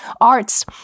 arts